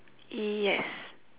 yes